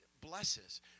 blesses